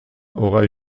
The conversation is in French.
aura